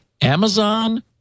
Amazon